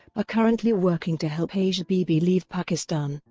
are currently working to help asia bibi leave pakistan.